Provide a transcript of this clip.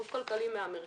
גוף כלכלי מהמרכז,